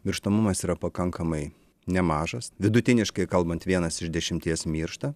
mirštamumas yra pakankamai nemažas vidutiniškai kalbant vienas iš dešimties miršta